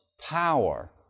power